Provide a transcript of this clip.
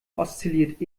oszilliert